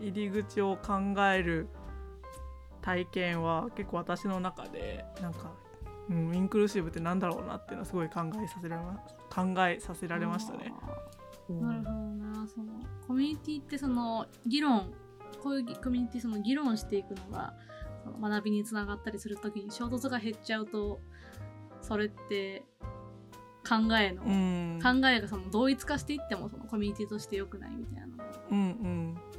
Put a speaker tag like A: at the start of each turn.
A: 入り口を考える体験は結構私の中で、なんか、うん、インクルーシブってなんだろうなっていうのはすごい考えさせられま- 考えさせられましたね。
B: あー。
A: うん。
B: なるほどな。その、コミュニティってその、議論、こういうぎ- コミュニティその議論していくのが、その学びにつながったりする時に衝突が減っちゃうと、それって考えの、
A: うん。
B: 考えがその同一化していってもそのコミュニティとして良くないみたいな。
A: うんうん。